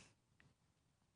נ.ב: